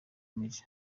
maj